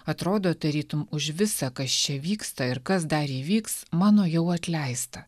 atrodo tarytum už visą kas čia vyksta ir kas dar įvyks mano jau atleista